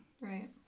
Right